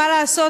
מה לעשות,